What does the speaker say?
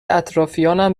اطرافیام